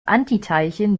antiteilchen